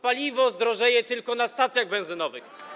Paliwo zdrożeje tylko na stacjach benzynowych.